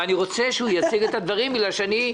אני רוצה שהוא יציג את הדברים בגלל שאני,